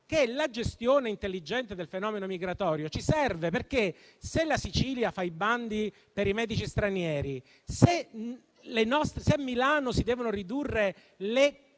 dire: la gestione intelligente del fenomeno migratorio ci serve, se la Sicilia fa i bandi per i medici stranieri, se a Milano si devono ridurre le